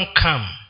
come